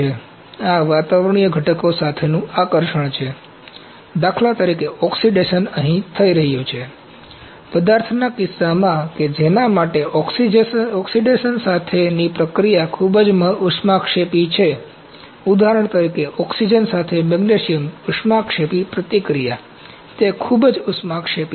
તેથી આ વાતાવરણીય ઘટકો સાથેનું આકર્ષણ છે દાખલા તરીકે ઓક્સિડેશન અહીં થઈ રહ્યું છે તેથી પદાર્થના કિસ્સામાં કે જેના માટે ઓક્સિજન સાથેની પ્રતિક્રિયા ખૂબ જ ઉષ્માક્ષેપી છે ઉદાહરણ તરીકે ઓક્સિજન સાથે મેગ્નેશિયમ ઉષ્માક્ષેપી પ્રતિક્રિયા તે ખૂબ જ ઉષ્માક્ષેપી છે